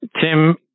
Tim